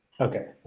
Okay